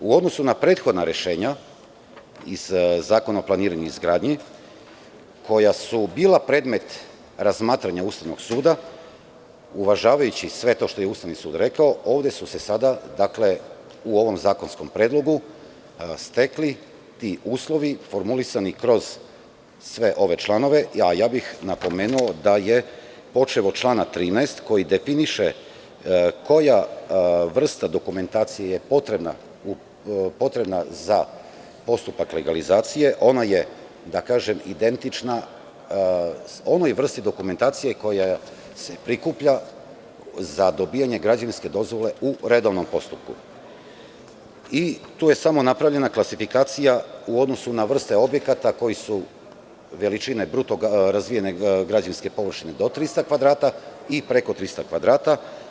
U odnosu na prethodna rešenja iz Zakona o planiranju i izgradnji koja su bila predmet razmatranja Ustavnog suda uvažavajući sve to što je Ustavni sud rekao, ovde u ovom zakonskom predlogu su se stekli uslovi formulisani kroz sve ove članove, a napomenuo bih da je počev od člana 13, koji definiše koja vrsta dokumentacije je potrebna za postupak legalizacije, ono je identična onoj vrsti dokumentacije koja se prikuplja za dobijanje građevinske dozvole u redovnom postupku, i tu je samo napravljena klasifikacija u odnosu na vrste objekata koji su veličine bruto građevinske površine do 300 kvadrata i preko 300 kvadrata.